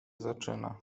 zaczyna